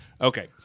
Okay